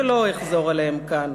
שלא אחזור עליהם כאן,